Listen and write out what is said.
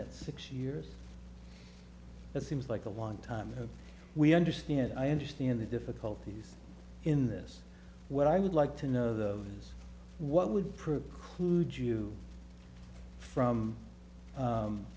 that six years it seems like a long time and we understand i understand the difficulties in this what i would like to know though is what would prove clued you from